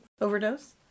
overdose